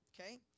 okay